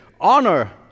honor